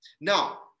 Now